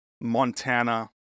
Montana